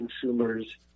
consumers